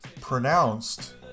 pronounced